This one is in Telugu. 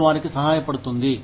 అది వారికి సహాయపడుతుంది